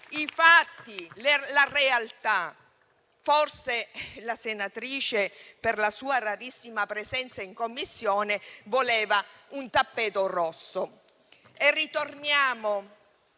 Forse la senatrice, per la sua rarissima presenza in Commissione, voleva un tappeto rosso.